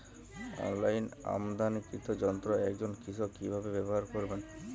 অনলাইনে আমদানীকৃত যন্ত্র একজন কৃষক কিভাবে ব্যবহার করবেন?